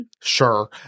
sure